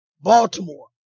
Baltimore